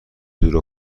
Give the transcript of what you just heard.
دور